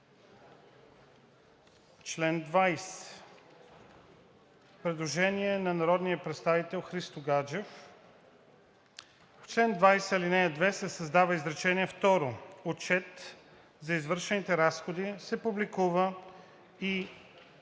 чл. 20 има предложение на народния представител Христо Гаджев: „В чл. 20, ал. 2 се създава изречение второ: „Отчет за извършените разходи се публикува в